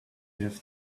have